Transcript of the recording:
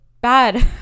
bad